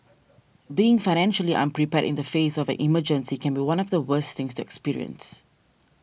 being financially unprepared in the face of an emergency can be one of the worst things to experience